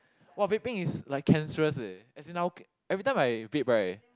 !wah! vaping is like cancerous eh as in I every time I vape right